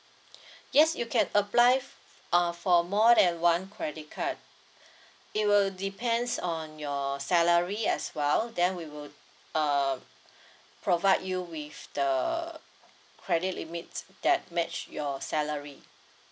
yes you can apply uh for more than one credit card it will depends on your salary as well then we will err provide you with the credit limit that match your salary